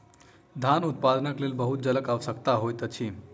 धान उत्पादनक लेल बहुत जलक आवश्यकता होइत अछि